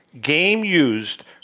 game-used